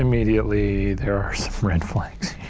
immediately, there are some red flags